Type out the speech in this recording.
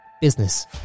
business